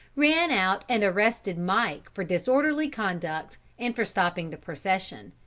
ran out and arrested mike for disorderly conduct and for stopping the procession.